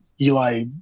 eli